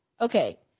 Okay